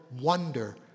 wonder